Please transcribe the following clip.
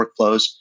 workflows